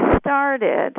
started